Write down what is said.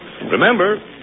Remember